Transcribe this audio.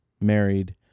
married